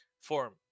form